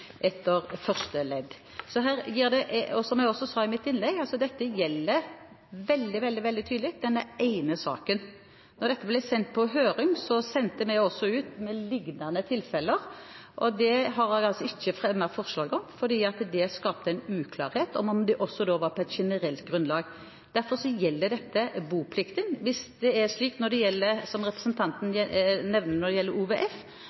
etter første leddet». Som jeg også sa i mitt innlegg: Dette gjelder veldig, veldig tydelig denne ene saken. Da dette ble sendt på høring, sendte vi også med lignende tilfeller. Det har jeg altså ikke fremmet forslag om, fordi det skapte en uklarhet om hvorvidt det også var på et generelt grunnlag. Derfor gjelder dette boplikten. Hvis det er slik som representanten nevner når det gjelder Opplysningsvesenets fond, OVF,